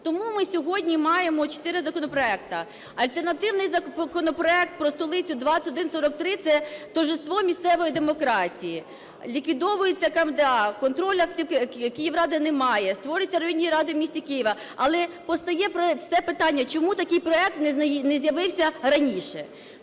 Тому ми сьогодні маємо 4 законопроекти. Альтернативний законопроект про столицю 2143 – це торжество місцевої демократії: ліквідовується КМДА, контролю Київради немає, створюються районні ради в місті Києві. Але постає просте питання: чому такий проект не з'явився раніше?